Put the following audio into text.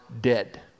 dead